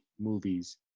movies